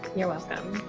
you're welcome.